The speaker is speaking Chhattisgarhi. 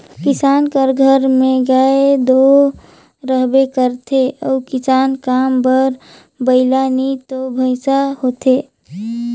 किसान कर घर में गाय दो रहबे करथे अउ किसानी काम बर बइला नी तो भंइसा होथे